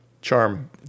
charm